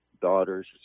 daughter's